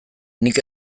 nik